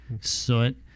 soot